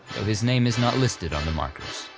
his name is not listed on the markers.